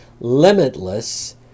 limitless